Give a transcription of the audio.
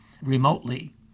Remotely